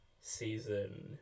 Season